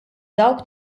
dawk